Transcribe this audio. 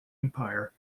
empire